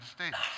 States